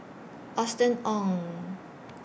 Austen Ong